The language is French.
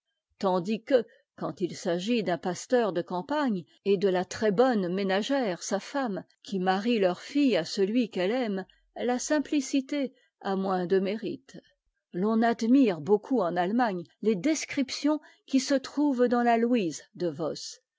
tandis que quand il s'agit d'un pasteur de campagne et de la très-bonne ménagère sa femme qui marient leur fille à celui qu'elle aime la simplicité a moins de mérite l'on admire beaucoup en allemagne les descriptions qui se trouvent dans la louise de voss